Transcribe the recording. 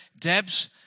Debs